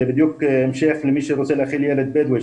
זה בדיוק המשך למי שרוצה להאכיל ילד בדואי,